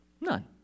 None